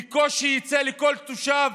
בקושי יצא לכל תושב